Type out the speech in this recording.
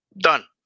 Done